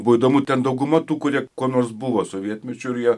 buvo įdomu ten dauguma tų kurie kuo nors buvo sovietmečiu ir jie